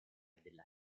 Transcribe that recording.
della